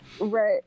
Right